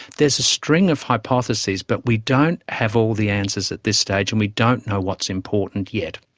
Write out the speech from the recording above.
there's a string of hypotheses, but we don't have all the answers at this stage and we don't know what's important yet.